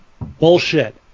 Bullshit